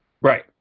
right